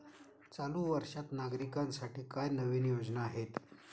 चालू वर्षात नागरिकांसाठी काय नवीन योजना आहेत?